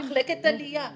מחלקת עלייה.